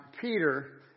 Peter